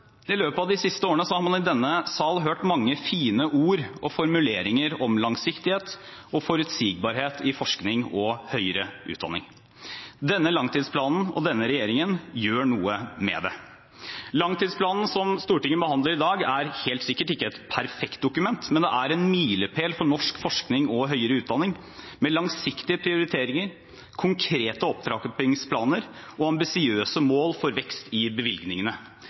I løpet av de siste årene har man i denne sal hørt mange fine ord og formuleringer om langsiktighet og forutsigbarhet i forskning og høyere utdanning. Denne langtidsplanen og denne regjeringen gjør noe med det. Langtidsplanen som Stortinget behandler i dag, er helt sikkert ikke et perfekt dokument, men den er en milepæl for norsk forskning og høyere utdanning – med langsiktige prioriteringer, konkrete opptrappingsplaner og ambisiøse mål for vekst i bevilgningene.